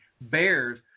Bears